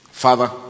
Father